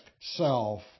self